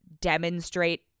demonstrate